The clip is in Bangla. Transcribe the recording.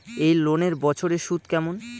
এই লোনের বছরে সুদ কেমন?